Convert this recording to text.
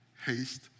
Haste